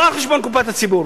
לא על חשבון קופת הציבור.